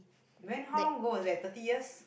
when how long ago was that thirty years